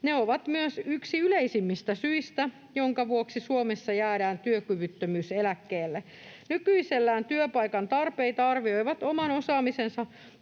Ne ovat myös yksi yleisimmistä syistä, joiden vuoksi Suomessa jäädään työkyvyttömyyseläkkeelle. Nykyisellään työpaikan tarpeita arvioivat oman osaamisensa